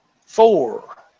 four